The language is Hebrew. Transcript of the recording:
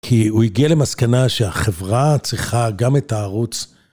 כי הוא הגיע למסקנה שהחברה צריכה גם את הערוץ.